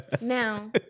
Now